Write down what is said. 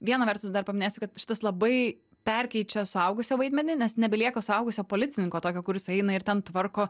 viena vertus dar paminėsiu kad šitas labai perkeičia suaugusio vaidmenį nes nebelieka suaugusio policininko tokio kurs eina ir ten tvarko